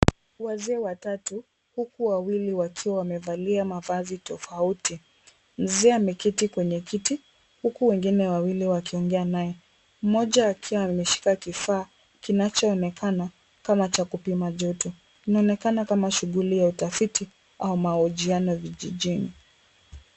Wazee watatu, huku wa wili wakiwa wamevalia mavazi tofauti, Mzee ameketi kwenye kiti, kuku wengine wawili wakiongea naye. Mmoja akiwa ameshika kifaa, kinachoonekana kama cha kupima joto, Inaonekana kama shughuli ya utafiti, au maojiano ya vijijini.